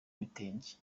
ibitenge